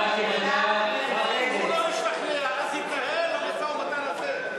אם הוא לא ישכנע, יתנהל המשא-ומתן הזה.